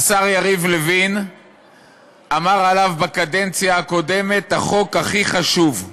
השר יריב לוין אמר עליו בקדנציה הקודמת: החוק הכי חשוב.